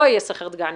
לא יהיה סכר דגניה.